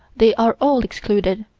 they are all excluded.